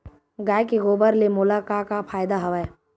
गाय के गोबर ले मोला का का फ़ायदा हवय?